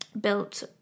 built